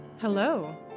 Hello